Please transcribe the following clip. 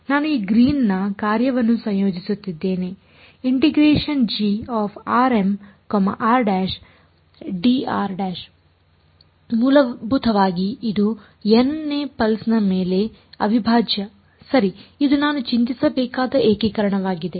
ನಾನು ಈ ಗ್ರೀನ್ನ ಕಾರ್ಯವನ್ನು ಸಂಯೋಜಿಸುತ್ತಿದ್ದೇನೆ ಮೂಲಭೂತವಾಗಿ ಇದು n ನೇ ಪಲ್ಸ್ ಮೇಲೆ ಅವಿಭಾಜ್ಯ ಸರಿ ಇದು ನಾನು ಚಿಂತಿಸಬೇಕಾದ ಏಕೀಕರಣವಾಗಿದೆ